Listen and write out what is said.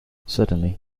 suddenly